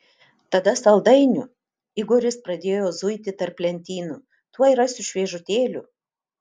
tada saldainių igoris pradėjo zuiti tarp lentynų tuoj rasiu šviežutėlių